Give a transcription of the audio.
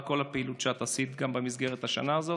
על כל הפעילות שעשית גם במסגרת השנה הזאת.